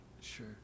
Sure